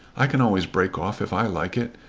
i can always break off if i like it.